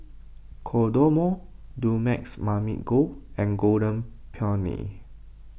Kodomo Dumex Mamil Gold and Golden Peony